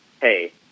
Hey